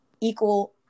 equal